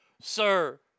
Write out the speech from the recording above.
sir